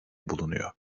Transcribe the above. bulunuyor